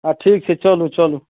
हँ ठीक छै चलू चलू